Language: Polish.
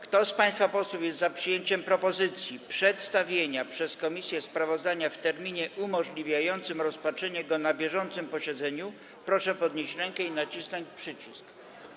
Kto z państwa posłów jest za przyjęciem propozycji przedstawienia przez komisję sprawozdania w terminie umożliwiającym rozpatrzenie go na bieżącym posiedzeniu, proszę podnieść rękę i nacisnąć przycisk.